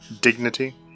dignity